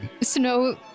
Snow